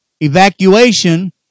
Evacuation